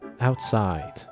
outside